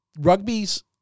Rugby's